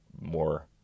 more